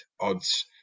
Odds